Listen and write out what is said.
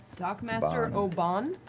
dockmaster oban?